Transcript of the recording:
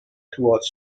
towards